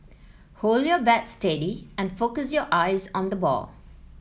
hold your bat steady and focus your eyes on the ball